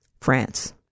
France